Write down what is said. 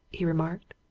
he remarked.